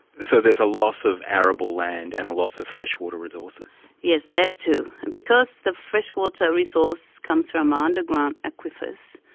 so there's a loss of arable land and a loss of fresh water resources. yes, that too. because the fresh water resource comes from underground aquifers,